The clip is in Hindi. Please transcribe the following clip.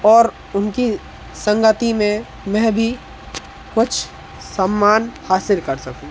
और उनकी संगति में मैं भी कुछ सम्मान हासिल कर सकूं